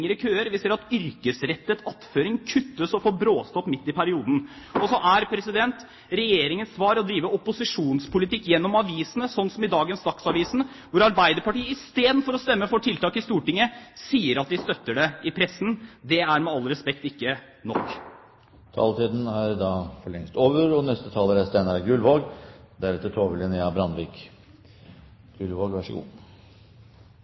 yrkesrettet attføring, og det blir bråstopp midt i perioden. Og så er Regjeringens svar å drive opposisjonspolitikk gjennom avisene, som i dagens Dagsavisen, hvor Arbeiderpartiet, i stedet for å stemme for tiltak i Stortinget, sier at de støtter det i pressen. Det er med all respekt ikke nok. Jeg konstaterer at siste taler stiller en diagnose på Fattigdoms-Norge uten å foreskrive noen form for medisin. Det er